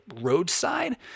roadside